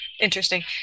interesting